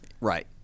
Right